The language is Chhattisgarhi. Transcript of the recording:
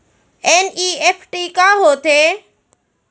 एन.ई.एफ.टी का होथे?